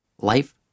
Life